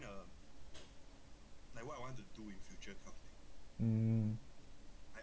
mm